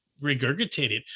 regurgitated